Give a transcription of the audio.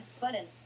button